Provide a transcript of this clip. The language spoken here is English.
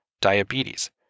diabetes